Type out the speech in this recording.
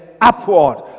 upward